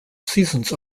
seasons